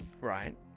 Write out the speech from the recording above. right